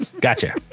Gotcha